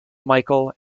michael